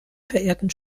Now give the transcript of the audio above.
verehrten